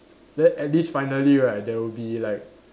then at least finally right there will be like